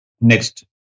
Next